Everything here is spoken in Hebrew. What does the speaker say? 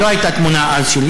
החתונה של איתמר בן-גביר,